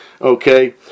Okay